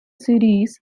series